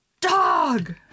dog